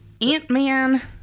Ant-Man